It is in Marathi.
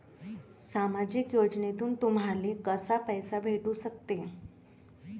सामाजिक योजनेतून तुम्हाले कसा पैसा भेटू सकते?